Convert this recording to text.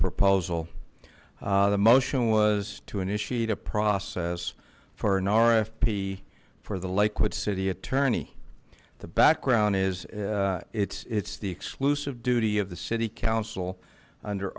proposal the motion was to initiate a process for an rfp for the lakewood city attorney the background is it's it's the exclusive duty of the city council under